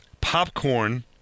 popcorn